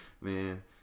Man